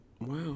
Wow